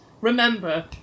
remember